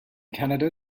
canada